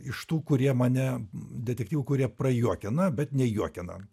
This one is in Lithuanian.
iš tų kurie mane detektyvų kurie prajuokina bet nejuokina